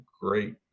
great